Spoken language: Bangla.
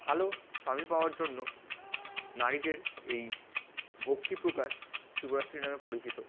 ভালো স্বামী পাওয়ার জন্য নারীদের এই ভক্তি প্রকাশ শিবরাত্রি নামে পরিচিত